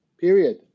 period